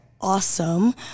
awesome